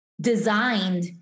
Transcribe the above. Designed